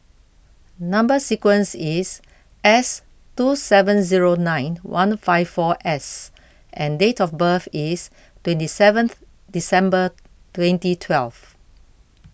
Number Sequence is S two seven zero nine one five four S and date of birth is twenty seventh December twenty twelve